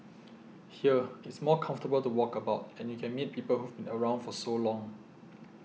here it's more comfortable to walk about and you can meet people who've been around for so long